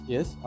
Yes